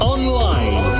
Online